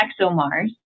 ExoMars